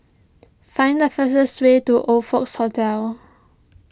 find the fastest way to Oxfords Hotel